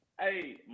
Hey